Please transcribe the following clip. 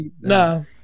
No